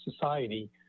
society